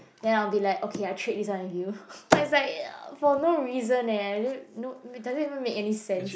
then i'll be like okay I trade this one in you it's like for no reasons eh i don't know doesn't even make any sense